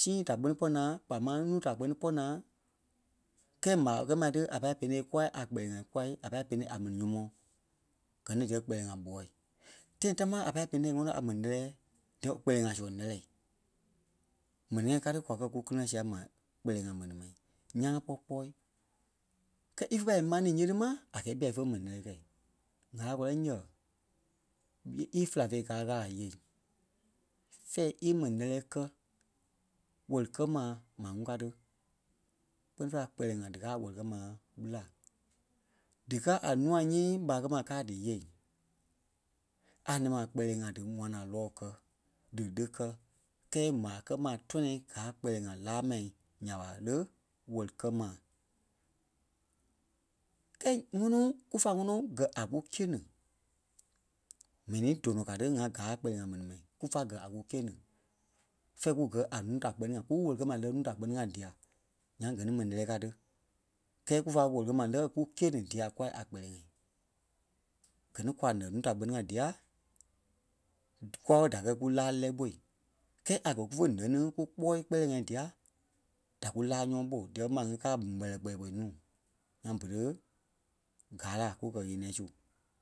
sii da kpɛ́ni pɔ́ naa kpaa máŋ nuu da kpɛ́ni pɔ́ naa kɛɛ m̀aa kɛ maa tí a pâi penêi kûai a kpɛlɛɛ ŋai kûai a pâi penêi a mɛni nyɔ̀mɔɔ gɛ ni díyɛɛ kpɛlɛɛ ŋai ɓoɔɔ̂i. Tãi támaa a pâi penêi ŋɔnɔ a mɛni lɛ́lɛɛ díyɛɛ kpɛlɛɛ ŋai son lɛ́lɛɛ. M̀ɛnii ŋai káa tí kwa kɛ́ kukili-ŋa sia mai kpɛlɛɛ ŋai mɛni mai ńyãa kpɔ́ kpɔɔi. Kɛɛ ífe pâi í máŋ nii nyíti ma a gɛɛ bîɛ ífe mɛni lɛ́lɛɛ kɛ̂i. ŋâla-kɔlɔi nyɛɛ ɓî- ífela féi káa Ɣâla nyêei fɛ̂ɛ ímɛni lɛ́lɛɛ kɛ́ wɛli-kɛ́-maa maa ŋuŋ ka tí. Kpɛ́ni fêi la kpɛlɛɛ ŋai díkaa a wɛli-kɛ-maa ɓela. Díkaa a nua nyii ɓâa kɛ maa káa dí nyêei a nɛ̃ɛ ma kpɛlɛɛ ŋai dí ŋwana-lɔɔ kɛ́ dí le kɛ́ kɛ́ɛ m̀aa kɛ maa tɔ-nɛ̃ɛ gaa kpɛlɛɛ ŋai láa mai nya ɓa lé wɛli-kɛ́-maa. Kɛɛ ŋɔnɔ kúfa ŋɔnɔ gɛ̀ a kukîe-ni m̀ɛnii dɔnɔ ká tí ŋa gáa kpɛlɛɛ ŋai mɛni ma kúfa gɛ̀ a kukîe-ni, fɛ̂ɛ kú gɛ́ a nuu da kpɛ́ni-ŋa kú wɛli-kɛ́-maa lɛ́ núu da kpɛ́ni-ŋa dîa nyaŋ gɛ ni mɛni lɛ́lɛɛ ka ti. Kɛɛ kúfa wɛli-kɛ-maa lɛ́ kukîe-ni dia kûa a kpɛlɛɛ-ŋai. Gɛ ni kwa nɛ̂ núu da kpɛ́ni-ŋa dîa kûai ɓé da kɛ́ kú láa lɛ́lɛɛ ɓôi. Kɛɛ a kɛ̀ kú fó nɛ́ ni kukpɔɔi kpɛlɛɛ ŋai dia da kú láa nyɔŋ ɓó díyɛ̂ máŋ ŋí káa m̀ɛlɛɛ kpɛɛ ɓe núu nyaŋ berei gaa la ku kɛ-ɣeniɛi su